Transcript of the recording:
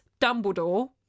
Dumbledore